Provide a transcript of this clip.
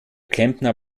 klempner